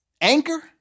Anchor